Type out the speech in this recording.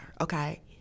okay